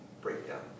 breakdown